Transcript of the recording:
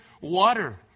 water